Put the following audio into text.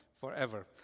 forever